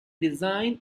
design